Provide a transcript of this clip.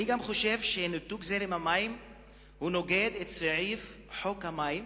אני גם חושב שניתוק זרם המים נוגד את סעיף חוק המים,